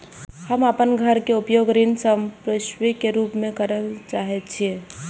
हम अपन घर के उपयोग ऋण संपार्श्विक के रूप में करल चाहि छी